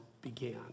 began